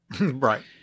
Right